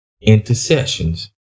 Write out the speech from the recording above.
intercessions